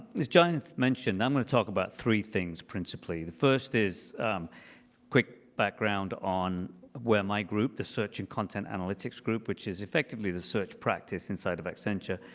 jayanth mentioned, i'm going to talk about three things principally. the first is a quick background on where my group, the search and content analytics group, which is effectively the search practice inside of accenture,